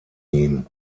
ihm